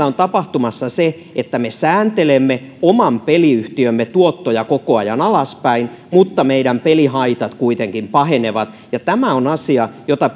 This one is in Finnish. on tapahtumassa se että me sääntelemme oman peliyhtiömme tuottoja koko ajan alaspäin mutta meidän pelihaittamme kuitenkin pahenevat tämä on asia jota